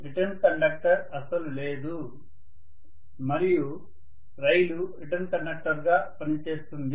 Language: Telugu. రిటర్న్ కండక్టర్ అస్సలు లేదు మరియు రైలు రిటర్న్ కండక్టర్గా పనిచేస్తుంది